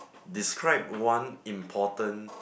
describe one important